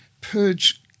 purge